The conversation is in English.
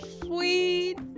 sweet